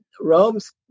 Rome's